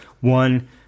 one